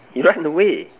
he run away